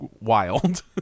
wild